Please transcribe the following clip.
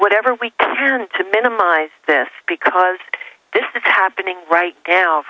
whatever we can to minimize this because this is happening right now